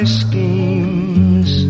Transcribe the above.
schemes